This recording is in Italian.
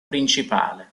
principale